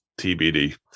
TBD